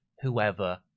whoever